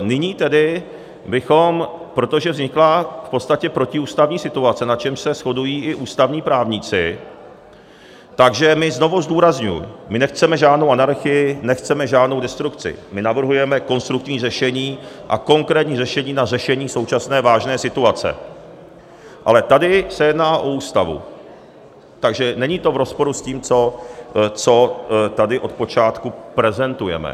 Nyní tedy bychom, protože vznikla v podstatě protiústavní situace, na čemž se shodují i ústavní právníci, takže my znovu zdůrazňuji nechceme žádnou anarchii, nechceme žádnou destrukci my navrhujeme konstruktivní řešení a konkrétní řešení na řešení současné vážné situace, ale tady se jedná o Ústavu, takže není to v rozporu s tím, co tady od počátku prezentujeme.